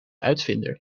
uitvinder